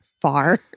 far